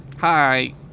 Hi